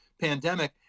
pandemic